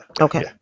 Okay